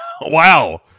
Wow